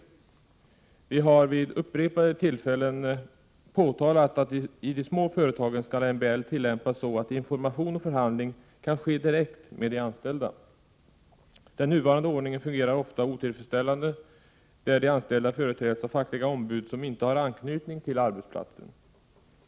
Centerpartiet har vid upprepade tillfällen påtalat att i de små företagen skall MBL tillämpas så att information och förhandling kan ske direkt med de anställda. Den nuvarande ordningen fungerar ofta otillfredsställande, där de anställda företräds av fackliga ombud som inte har anknytning till arbetsplatsen.